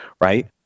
right